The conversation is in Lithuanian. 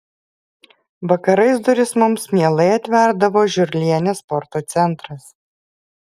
vakarais duris mums mielai atverdavo žiurlienės sporto centras